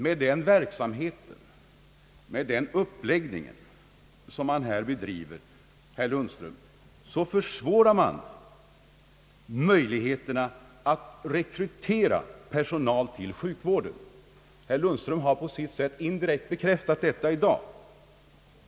Med den verksamhet som folkpartiet här bedriver, herr Lundström, försvåras möjligheterna att rekrytera personal till sjukvården. Herr Lundström har på sitt sätt i dag indirekt bekräftat detta.